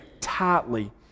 tightly